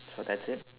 so that's it